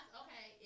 okay